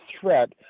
threat